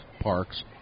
parks